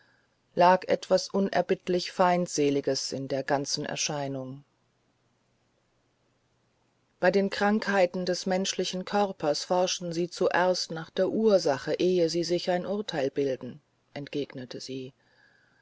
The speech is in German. lag etwas unerbittlich feindseliges in der ganzen erscheinung bei den krankheiten des menschlichen körpers forschen sie zuerst nach der ursache ehe sie sich ein urteil bilden entgegnete sie